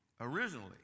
originally